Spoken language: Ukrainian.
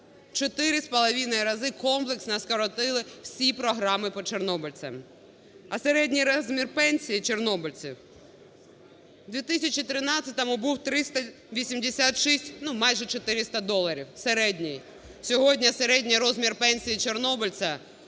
доларів. В 4,5 рази комплексно скоротили всі програми по чорнобильцям, а середній розмір пенсії чорнобильців в 2013-му був 386, ну, майже 400 доларів, середній. Сьогодні середній розмір пенсії чорнобильця